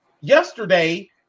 yesterday